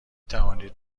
توانید